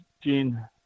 Gene